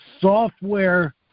software –